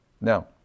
Now